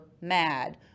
mad